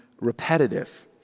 repetitive